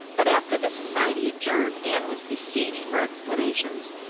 but after the society adjourned anne was besieged for explanations.